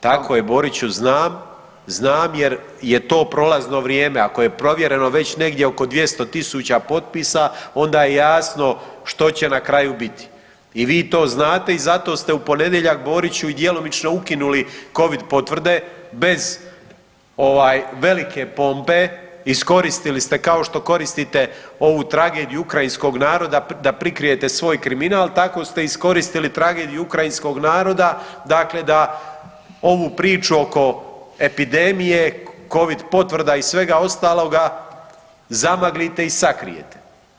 Tako je Boriću znam, znam jer je to prolazno vrijeme, ako je provjereno već negdje oko 200.000 potpisa onda je jasno što će na kraju biti i vi to znate i zato ste u ponedjeljak Borići i djelomično ukinuli covid potvrde bez velike pompe, iskoristili ste kao što koristite ovu tragediju ukrajinskog naroda da prikrijete svoj kriminal, tako ste iskoristili tragediju ukrajinskog naroda da ovu priču oko epidemije, covid potvrda i svega ostaloga zamaglite i sakrijete.